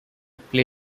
play